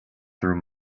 through